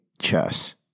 chess